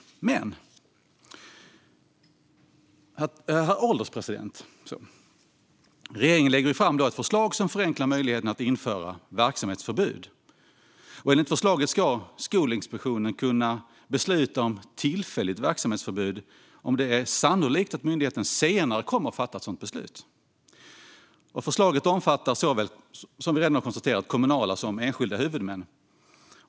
Herr ålderspresident! Regeringen lägger nu fram ett förslag som förenklar möjligheterna att införa verksamhetsförbud. Enligt förslaget ska Skolinspektionen kunna besluta om tillfälligt verksamhetsförbud om det är sannolikt att myndigheten senare kommer att fatta ett sådant beslut. Förslaget omfattar - som vi redan har konstaterat - såväl kommunala som enskilda huvudmän.